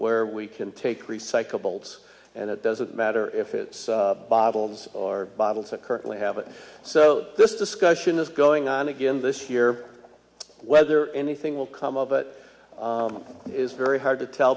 where we can take recyclables and it doesn't matter if it's bottles or bottles that currently have it so this discussion is going on again this year whether anything will come of it is very hard to tell